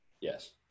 yes